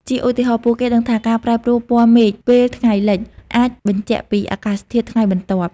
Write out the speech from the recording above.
ជាឧទាហរណ៍ ពួកគេដឹងថា ការប្រែប្រួលពណ៌មេឃពេលថ្ងៃលិច អាចបញ្ជាក់ពីអាកាសធាតុថ្ងៃបន្ទាប់។